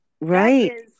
right